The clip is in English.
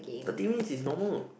thirty minutes is normal